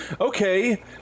Okay